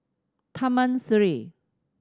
Taman Sireh